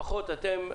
לפחות אתם,